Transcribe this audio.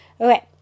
Okay